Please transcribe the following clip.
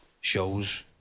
shows